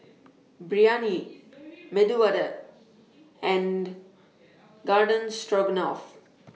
Biryani Medu Vada and Garden Stroganoff